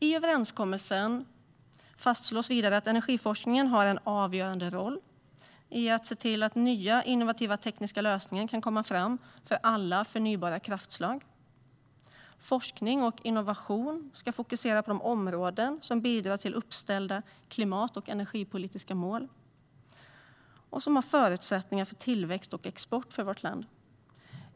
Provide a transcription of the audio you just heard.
I överenskommelsen fastslås vidare att energiforskningen har en avgörande roll när det gäller att se till att nya, innovativa tekniska lösningar kan komma fram för alla förnybara kraftslag. Forskning och innovation ska fokusera på de områden som bidrar till att nå uppställda klimat och energipolitiska mål och som har förutsättningar för tillväxt och export för vårt land.